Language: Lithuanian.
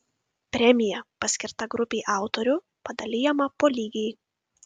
premija paskirta grupei autorių padalijama po lygiai